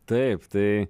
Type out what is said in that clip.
taip tai